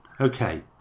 Okay